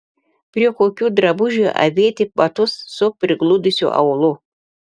prie kokių drabužių avėti batus su prigludusiu aulu